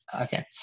okay